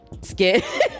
Skit